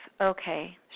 okay